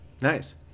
Nice